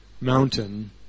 mountain